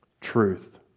truth